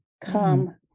come